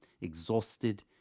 exhausted